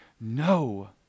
No